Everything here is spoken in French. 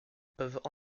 peuvent